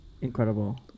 incredible